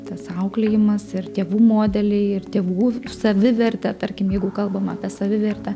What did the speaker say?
tas auklėjimas ir tėvų modeliai ir tėvų savivertė tarkim jeigu kalbam apie savivertę